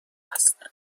هستن